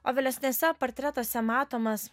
o vėlesnėse portretuose matomas